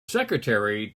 secretary